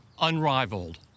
unrivaled